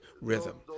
rhythm